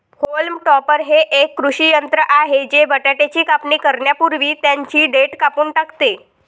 haulm topper हे एक कृषी यंत्र आहे जे बटाट्याची कापणी करण्यापूर्वी त्यांची देठ कापून टाकते